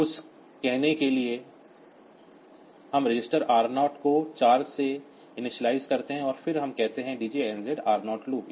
उस कहने के लिए हम रजिस्टर R0 को 4 के लिए इनिशियलाइज़ करते हैं और फिर हम कहते हैं DJZN R0 लूप